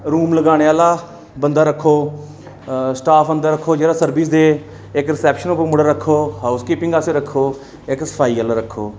room लगाने आह्ला बंदा रक्खो आ स्टाफ अंदर रक्खो जेह्ड़ा सर्विस दे फिर रिसैपशन उप्पर मुड़ा रक्खो इक हाउस कीपिंग आस्तै रक्खो इक सफाई आह्ला रक्खो